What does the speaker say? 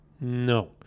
No